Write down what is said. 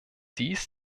dies